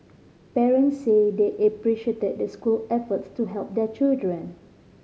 parents said they appreciated the school efforts to help their children